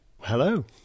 Hello